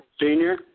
Senior